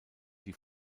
die